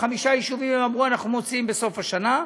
חמישה יישובים אנחנו מוציאים בסוף השנה,